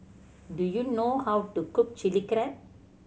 do you know how to cook Chili Crab